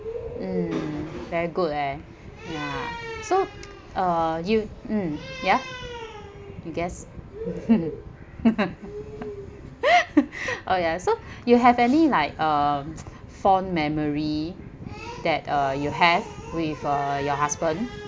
mm very good eh ya so uh you mm ya you guess oh ya so you have any like um fond memory that uh you have with uh your husband